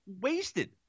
wasted